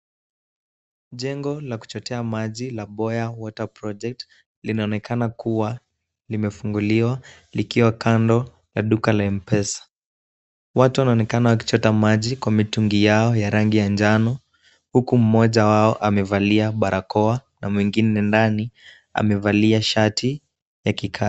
Jengo la kuchotea maji la Mboya Water Project , linaonekana kuwa limefunguliwa likiwa kando ya duka la M-Pesa. Watu wanaonekana wakichota maji kwa mitungi yao ya rangi ya njano, huku mmoja wao amevalia barakoa na mwingine ndani amevalia shati ya kikazi.